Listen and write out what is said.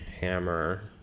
hammer